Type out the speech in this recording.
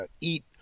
eat